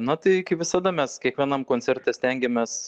na tai kaip visada mes kiekvienam koncerte stengiamės